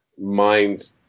mind